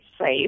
safe